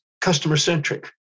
customer-centric